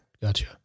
Gotcha